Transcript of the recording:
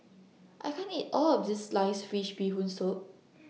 I can't eat All of This Sliced Fish Bee Hoon Soup